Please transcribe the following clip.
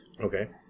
Okay